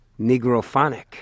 Negrophonic